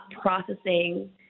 processing